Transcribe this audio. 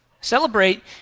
Celebrate